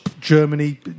Germany